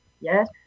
yes